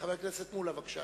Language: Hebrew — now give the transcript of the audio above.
חבר הכנסת מולה, בבקשה,